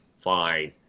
fine